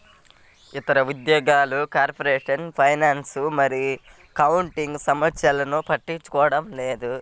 ఇతర ఉద్యోగులు corporate finance మరియు అకౌంటింగ్ సమస్యలను పట్టించుకోవడం లేదు